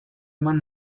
eman